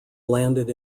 landed